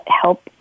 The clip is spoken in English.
help